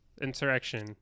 Insurrection